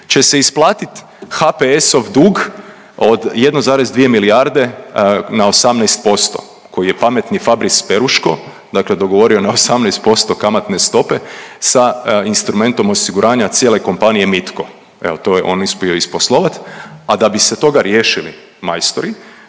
će se isplatiti HPS-ov dug od 1,2 milijarde na 18% koji je pametni Fabris Peruško, dakle dogovorio na 18% kamatne stope sa instrumentom osiguranja cijele kompanije Mitko. Evo, to je on uspio isposlovati. A da bi se toga riješili, majstori